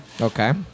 Okay